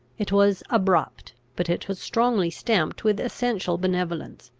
it was abrupt but it was strongly stamped with essential benevolence.